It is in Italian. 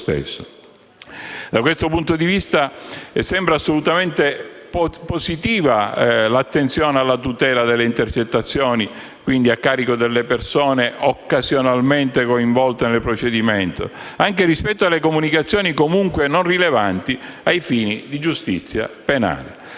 Da questo punto di vista, sembra assolutamente positiva l'attenzione alla tutela delle intercettazioni a carico delle persone occasionalmente coinvolte nel procedimento, anche rispetto alle comunicazioni comunque non rilevanti ai fini della giustizia penale.